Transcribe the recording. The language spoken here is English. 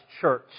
church